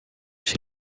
chez